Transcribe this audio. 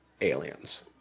Aliens